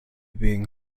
being